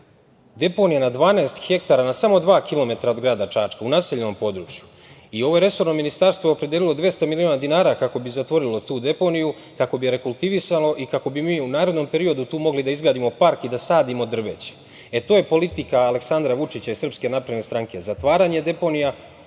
deponija na 12 hektara na samo dva kilometra od grada Čačka, u naseljenom području. Resorno ministarstvo je opredelilo 200 miliona dinara kako bi zatvorilo tu deponiju, kako bi rekultivisalo i kako bi mi u narednom periodu tu mogli da izgradimo park i da sadimo drveće.E, to je politika Aleksandra Vučića i SNS, zatvaranje deponija,